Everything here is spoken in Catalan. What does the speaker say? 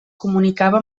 comunicava